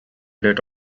date